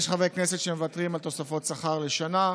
יש חברי כנסת שמוותרים על תוספות שכר לשנה,